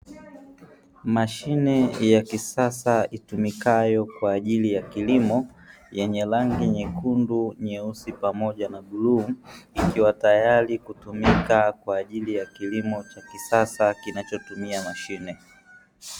Mashine ya kisasa itumikayo kwa ajili ya kilimo yenye rangi nyekundu, nyeusi pamoja na bluu ikiwa tayari kutumika kwa ajili ya kilimo cha kisasa kinachotumia mashine.